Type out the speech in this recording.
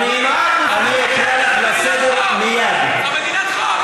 ממה את מפחדת?